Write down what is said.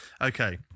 Okay